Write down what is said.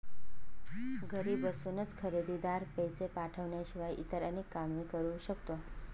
घरी बसूनच खरेदीदार, पैसे पाठवण्याशिवाय इतर अनेक काम करू शकतो